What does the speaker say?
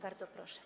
Bardzo proszę.